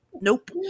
Nope